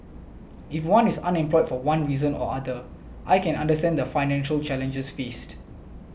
if one is unemployed for one reason or other I can understand the financial challenges faced